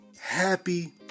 happy